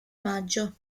maggio